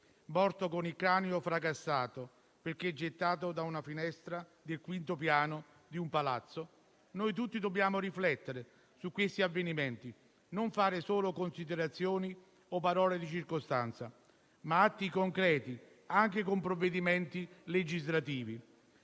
morto con il cranio fracassato, perché gettato da una finestra del quinto piano di un palazzo, noi tutti dobbiamo riflettere su questi avvenimenti; non pronunciare solo considerazioni o parole di circostanza, ma fare atti concreti, anche con provvedimenti legislativi.